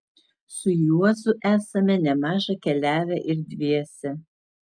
su juozu esame nemaža keliavę ir dviese